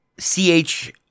CH